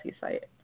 site